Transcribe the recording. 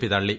P തള്ളി